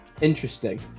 Interesting